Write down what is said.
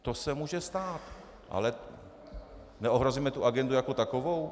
To se může stát, ale neohrozíme tu agendu jako takovou?